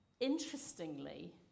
interestingly